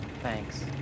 Thanks